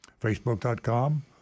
Facebook.com